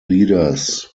leaders